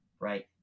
right